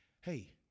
hey